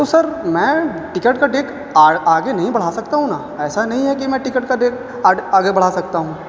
تو سر میں ٹکٹ کا ڈیٹ آگے نہیں بڑھا سکتا ہوں نا ایسا نہیں ہے کہ میں ٹکٹ کا ڈیٹ آگے بڑھا سکتا ہوں